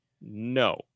no